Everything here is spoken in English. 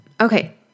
Okay